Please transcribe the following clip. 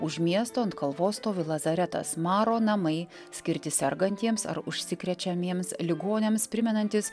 už miesto ant kalvos stovi lazaretas maro namai skirti sergantiems ar užsikrečiamiems ligoniams primenantys